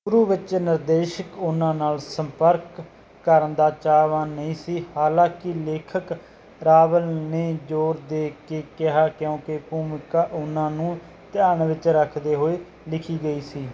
ਸ਼ੁਰੂ ਵਿੱਚ ਨਿਰਦੇਸ਼ਕ ਉਹਨਾਂ ਨਾਲ ਸੰਪਰਕ ਕਰਨ ਦਾ ਚਾਹਵਾਨ ਨਹੀਂ ਸੀ ਹਾਲਾਂਕਿ ਲੇਖਕ ਰਾਵਲ ਨੇ ਜ਼ੋਰ ਦੇ ਕੇ ਕਿਹਾ ਕਿਉਂਕਿ ਭੂਮਿਕਾ ਉਨ੍ਹਾਂ ਨੂੰ ਧਿਆਨ ਵਿੱਚ ਰੱਖਦੇ ਹੋਏ ਲਿਖੀ ਗਈ ਸੀ